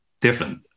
different